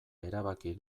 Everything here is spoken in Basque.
erabaki